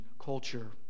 culture